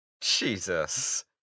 Jesus